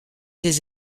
des